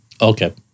Okay